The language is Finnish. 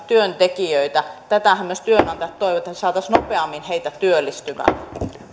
työntekijöitä tätähän myös työnantajat toivovat että me saisimme nopeammin heitä työllistymään